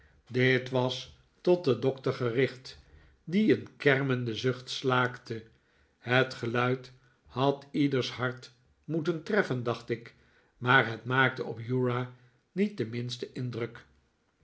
dit was tot den doctor gericht die een kermenden zucht slaakte het geluid had ieders hart moeten treffen dacht ik maar het maakte op uriah niet den minsten indruk